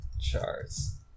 charts